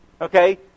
okay